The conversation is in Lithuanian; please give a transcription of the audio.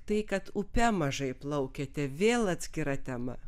tai kad upe mažai plaukėte vėl atskira tema